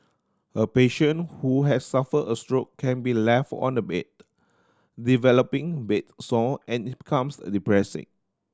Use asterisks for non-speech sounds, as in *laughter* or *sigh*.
a patient who has suffered a stroke can be left on the bed developing bed sore and *unintelligible* comes depressing